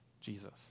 Jesus